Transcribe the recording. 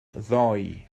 ddoi